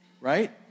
right